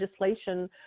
legislation